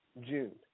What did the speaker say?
June